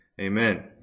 Amen